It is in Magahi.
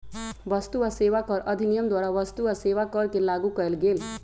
वस्तु आ सेवा कर अधिनियम द्वारा वस्तु आ सेवा कर के लागू कएल गेल